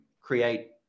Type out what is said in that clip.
create